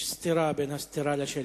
יש סתירה בין הסטירה לשלט.